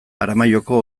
aramaioko